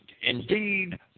indeed